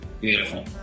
Beautiful